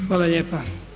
Hvala lijepa.